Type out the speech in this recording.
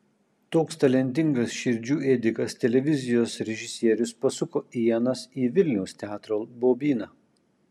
toks talentingas širdžių ėdikas televizijos režisierius pasuko ienas į vilniaus teatro bobyną